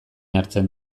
hartzen